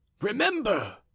remember